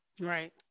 Right